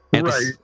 Right